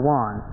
one